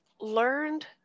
learned